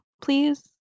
please